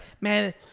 man